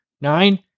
Nine